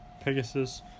Pegasus